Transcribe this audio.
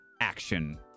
action